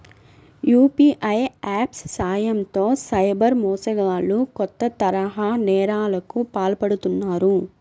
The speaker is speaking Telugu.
యూ.పీ.ఐ యాప్స్ సాయంతో సైబర్ మోసగాళ్లు కొత్త తరహా నేరాలకు పాల్పడుతున్నారు